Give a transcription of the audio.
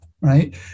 right